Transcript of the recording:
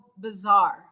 bizarre